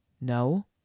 no